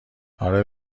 اره